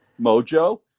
mojo